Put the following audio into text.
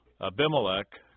Abimelech